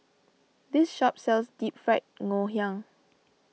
this shop sells Deep Fried Ngoh Hiang